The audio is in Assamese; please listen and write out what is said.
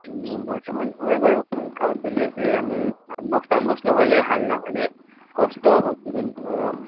বৰ্তমান হয় বাৰু পৰীক্ষাও চলি আছে আমি চাউণ্ডবক্স টাউনবক্স লগালে হাল্লা হ'লে কষ্ট হ'ব ষ্টুডেণ্টবোৰৰো